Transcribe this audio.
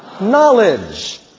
knowledge